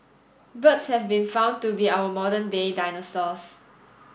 birds have been found to be our modern day dinosaurs